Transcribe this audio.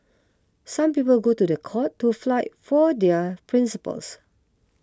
some people go to the court to flight for their principles